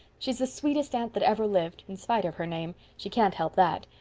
she's the sweetest aunt that ever lived, in spite of her name. she can't help that!